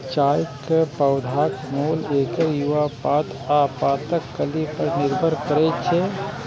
चायक पौधाक मोल एकर युवा पात आ पातक कली पर निर्भर करै छै